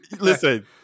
Listen